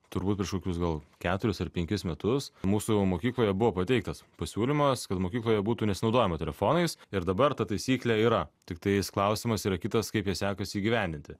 turbūt kažkokius gal keturis ar penkis metus mūsų mokykloje buvo pateiktas pasiūlymas kad mokykloje būtų nesinaudojama telefonais ir dabar ta taisyklė yra tiktai klausimas yra kitas kaip ją sekasi įgyvendinti